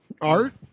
Art